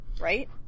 right